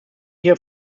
hier